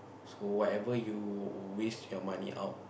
so whatever you waste your money out